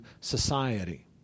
society